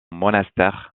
monastère